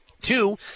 Two